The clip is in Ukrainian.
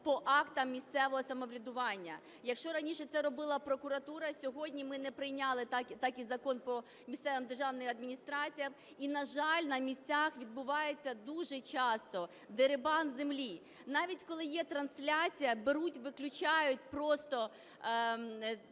по актам місцевого самоврядування, якщо раніше це робила прокуратура, сьогодні ми не прийняли так і закон по місцевим державним адміністраціям, і, на жаль, на місцях відбувається дуже часто дерибан землі. Навіть коли є трансляція, беруть, виключають просто